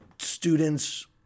students